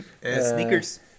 Sneakers